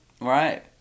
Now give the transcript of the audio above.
Right